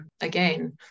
again